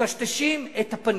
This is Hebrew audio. מטשטשים את הפנים.